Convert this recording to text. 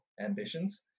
ambitions